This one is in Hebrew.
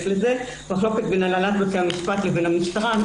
לזה מחלוקת בין הנהלת בתי המשפט לבין המשטרה.